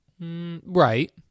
Right